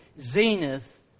zenith